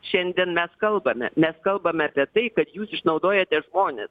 šiandien mes kalbame mes kalbame apie tai kad jūs išnaudojate žmones